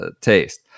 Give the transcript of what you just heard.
taste